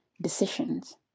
decisions